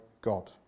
God